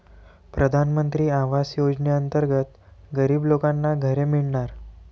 प्रधानमंत्री आवास योजनेअंतर्गत गरीब लोकांना घरे मिळणार